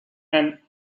and